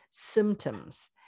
symptoms